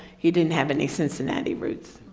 he didn't have any cincinnati roots.